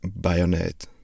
bayonet